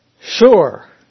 Sure